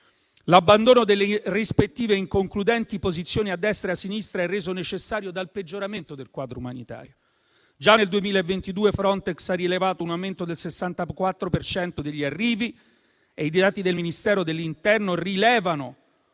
L'abbandono delle rispettive inconcludenti posizioni a destra e a sinistra è reso necessario dal peggioramento del quadro umanitario. Già nel 2022 Frontex ha rilevato un aumento del 64 per cento degli arrivi e i dati del Ministero dell'interno rilevano